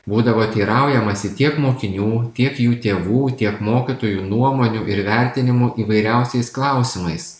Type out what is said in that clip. būdavo teiraujamasi tiek mokinių tiek jų tėvų tiek mokytojų nuomonių ir įvertinimų įvairiausiais klausimais